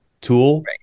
tool